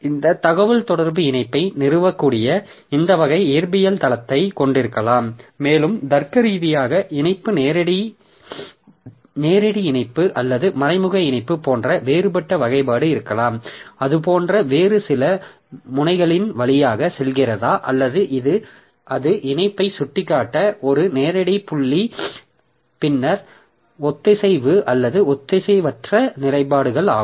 இந்த தகவல்தொடர்பு இணைப்பை நிறுவக்கூடிய இந்த வகை இயற்பியல் தளத்தை கொண்டிருக்கலாம் மேலும் தர்க்கரீதியாக இணைப்பு நேரடி இணைப்பு அல்லது மறைமுக இணைப்பு போன்ற வேறுபட்ட வகைப்பாடு இருக்கலாம் அது போன்ற வேறு சில முனைகளின் வழியாக செல்கிறதா அல்லது அது இணைப்பை சுட்டிக்காட்ட ஒரு நேரடி புள்ளி பின்னர் ஒத்திசைவு அல்லது ஒத்திசைவற்ற நிலைப்பாடுகள் ஆகும்